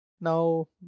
Now